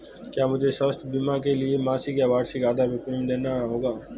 क्या मुझे स्वास्थ्य बीमा के लिए मासिक या वार्षिक आधार पर प्रीमियम देना होगा?